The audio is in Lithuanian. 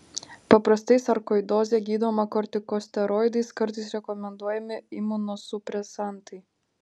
paprastai sarkoidozė gydoma kortikosteroidais kartais rekomenduojami imunosupresantai